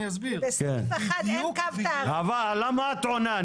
בסעיף 1 אין קו --- למה את עונה?